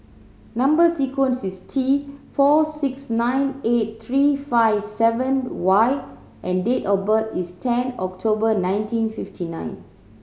number sequence is T four six nine eight three five seven Y and date of birth is ten October nineteen fifty nine